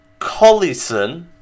Collison